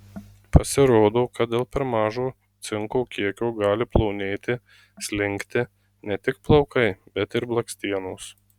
pasirodo kad dėl per mažo cinko kiekio gali plonėti slinkti ne tik plaukai bet ir blakstienos